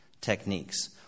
techniques